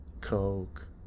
Coke